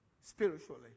Spiritually